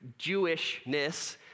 Jewishness